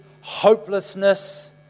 hopelessness